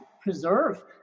preserve